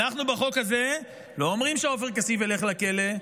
אנחנו בחוק הזה לא אומרים שעופר כסיף ילך לכלא,